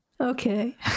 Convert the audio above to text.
Okay